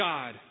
God